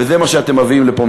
וזה מה שאתם מביאים לפה,